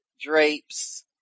drapes